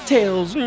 Tales